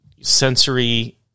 sensory